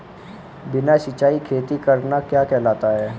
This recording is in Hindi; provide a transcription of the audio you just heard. बिना सिंचाई खेती करना क्या कहलाता है?